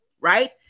right